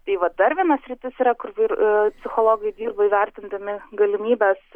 tai va dar viena sritis yra kur ir psichologai dirba įvertindami galimybes